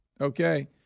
Okay